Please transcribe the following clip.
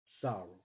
Sorrow